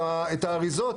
את האריזות,